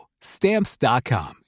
Stamps.com